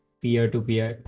peer-to-peer